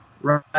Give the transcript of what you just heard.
right